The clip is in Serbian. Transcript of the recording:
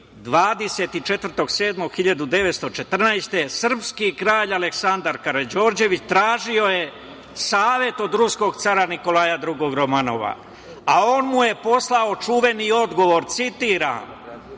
24.7.1914. godine srpski kralj Aleksandar Karađorđević tražio je savet od ruskog cara Nikolaja Drugog Romanova, a on mu je poslao čuveni odgovor, citiram: